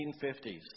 1950s